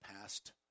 past